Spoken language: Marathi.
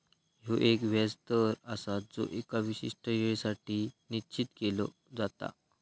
ह्यो एक व्याज दर आसा जो एका विशिष्ट येळेसाठी निश्चित केलो जाता